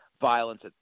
violence